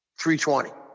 320